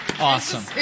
Awesome